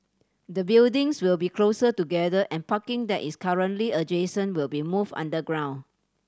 the buildings will be closer together and parking that is currently adjacent will be moved underground